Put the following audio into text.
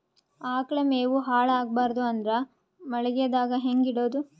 ಆಕಳ ಮೆವೊ ಹಾಳ ಆಗಬಾರದು ಅಂದ್ರ ಮಳಿಗೆದಾಗ ಹೆಂಗ ಇಡೊದೊ?